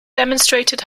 demonstrated